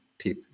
teeth